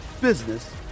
business